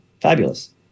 Fabulous